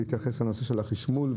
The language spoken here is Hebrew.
להתייחס לנושא של החשמול.